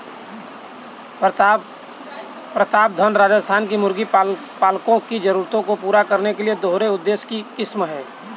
प्रतापधन राजस्थान के मुर्गी पालकों की जरूरतों को पूरा करने वाली दोहरे उद्देश्य की किस्म है